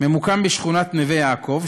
ממוקם בשכונת נווה-יעקב,